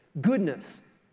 Goodness